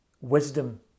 wisdom